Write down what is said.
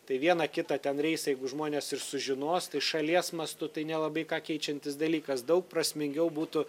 tai vieną kitą ten reisą jeigu žmonės ir sužinos tai šalies mastu tai nelabai ką keičiantis dalykas daug prasmingiau būtų